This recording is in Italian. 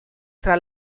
tra